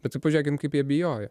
na tai pažiūrėkim kaip jie bijojo